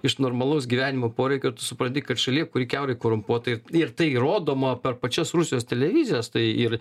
iš normalaus gyvenimo poreikio tu supranti kad šalyje kuri kiaurai korumpuota ir ir tai rodoma per pačias rusijos televizijas tai ir